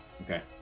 okay